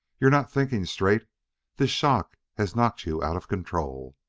you're not thinking straight this shock has knocked you out of control.